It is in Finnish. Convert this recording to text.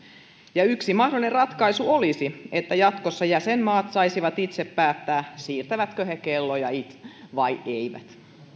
ja yksi mahdollinen ratkaisu olisi että jatkossa jäsenmaat saisivat itse päättää siirtävätkö kelloja vai eivät